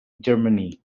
germany